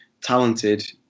talented